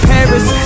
Paris